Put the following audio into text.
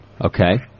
Okay